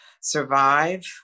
survive